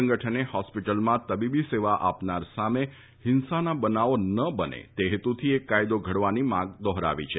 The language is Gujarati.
સંગઠને હો ેે સ્પટલમાં તબીબી સેવા આપનાર સામે હિંસાના બનાવો ન બને તે હેતુથી એક કાયદો ઘડવાની માંગને દોહરાવી છે